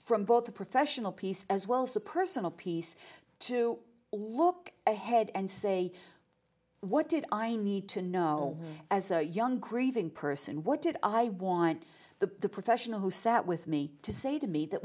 from both the professional piece as well so personal piece to look ahead and say what did i need to know as a young grieving person what did i want the professional who sat with me to say to me that